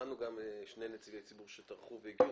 שמענו שני נציגי ציבור שטרחו והגיעו.